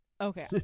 Okay